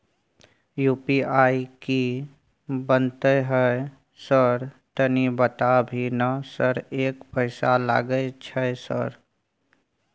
UPI की बनते है सर तनी बता भी ना सर एक पैसा लागे छै सर?